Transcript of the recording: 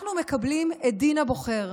אנחנו מקבלים את דין הבוחר.